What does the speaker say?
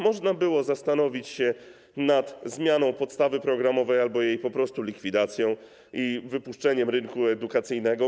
Można było zastanowić się nad zmianą podstawy programowej albo jej likwidacją i wypuszczeniem rynku edukacyjnego.